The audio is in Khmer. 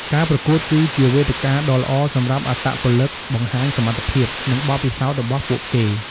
ការប្រកួតគឺជាវេទិកាដ៏ល្អសម្រាប់អត្តពលិកបង្ហាញសមត្ថភាព និងបទពិសោធន៍របស់ពួកគេ។